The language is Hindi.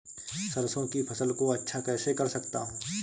सरसो की फसल को अच्छा कैसे कर सकता हूँ?